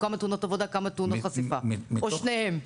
כמה תאונות עבודה וכמה תאונות חשיפה או שניהם?